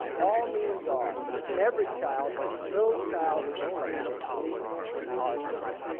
all means all. each and every child, no child is excluded at least in our state.